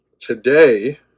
Today